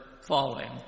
falling